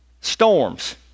storms